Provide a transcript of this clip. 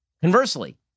Conversely